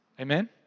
Amen